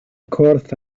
corff